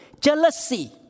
jealousy